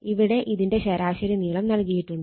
ഇവിടെ ഇതിന്റെ ശരാശരി നീളം നൽകിയിട്ടുണ്ട്